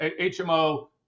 HMO